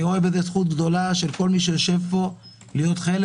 אני רואה זכות גדולה של מי שיושב פה להיות חלק